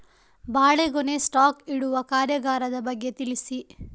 ಬಾಳೆಗೊನೆ ಸ್ಟಾಕ್ ಇಡುವ ಕಾರ್ಯಗಾರದ ಬಗ್ಗೆ ತಿಳಿಸಿ